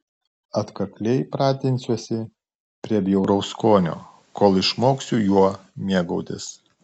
atkakliai pratinsiuosi prie bjauraus skonio kol išmoksiu juo mėgautis